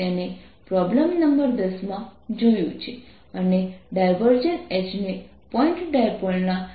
તમે જે કહ્યું તે Kb Mn 0 છે જે અસરમાં છે તે ઉપલા અને નીચલા સપાટી પર છે